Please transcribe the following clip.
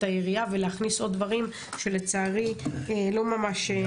היריעה ולהכניס עוד דברים שלצערי לא ממש נמצאים כיום.